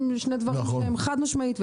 הם חד-משמעית.